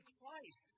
Christ